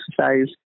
exercise